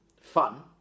fun